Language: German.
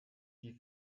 die